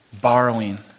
borrowing